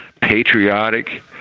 patriotic